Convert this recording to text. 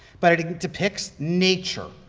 but it depicts nature,